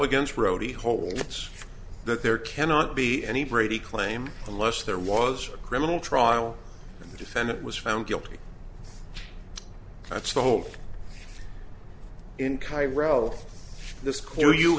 against brody holds that there cannot be any brady claim unless there was a criminal trial and the defendant was found guilty that's the whole in cairo this clear you